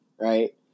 Right